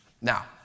Now